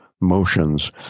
motions